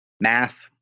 math